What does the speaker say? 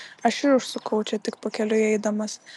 aš ir užsukau čia tik pakeliui eidamas